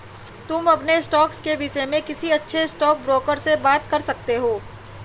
तुम अपने स्टॉक्स के विष्य में किसी अच्छे स्टॉकब्रोकर से बात कर सकते हो